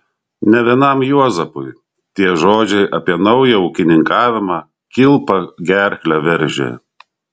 ne vienam juozapui tie žodžiai apie naują ūkininkavimą kilpa gerklę veržė